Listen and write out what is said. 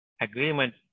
Agreement